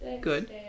Good